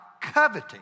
coveting